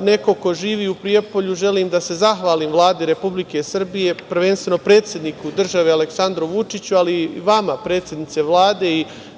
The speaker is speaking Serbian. neko ko živi u Prijepolju, želim da se zahvalim Vladi Republike Srbije, prvenstveno predsedniku države Aleksandru Vučiću, ali i vama predsednice Vlade